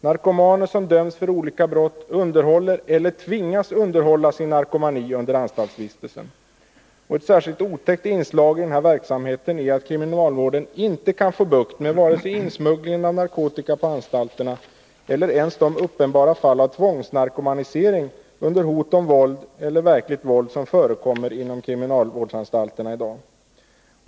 Narkomaner, som döms för olika brott, underhåller eller tvingas underhålla sin narkomani under anstaltsvistelsen. Ett särskilt otäckt inslag i denna verksamhet är att kriminalvården inte kan få bukt med varé sig insmugglingen av narkotika på anstalterna eller ens de uppenbara fall av tvångsnarkomanisering under hot om våld eller verkligt våld som förekommer inom kriminalvårdsanstalterna i dag.